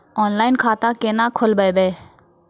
Online खाता केना खोलभैबै?